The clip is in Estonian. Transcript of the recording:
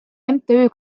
mtü